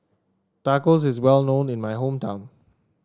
tacos is well known in my hometown